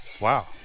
Wow